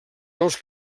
nous